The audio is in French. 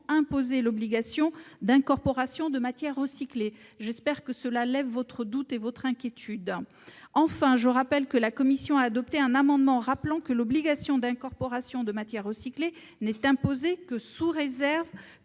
imposée l'obligation d'incorporation de matière recyclée. J'espère que cette disposition permet de lever vos doutes et votre inquiétude. Enfin, je rappelle que la commission a adopté un amendement rappelant que l'obligation d'incorporation de matière recyclée n'est imposée que sous réserve